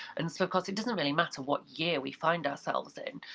and so, of course, it doesn't really matter what year we find ourselves in,